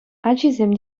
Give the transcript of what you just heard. ачисем